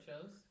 shows